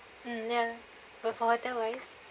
um ya book a hotel wise